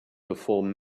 perform